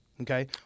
okay